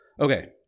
okay